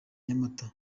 nyamata